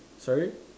sorry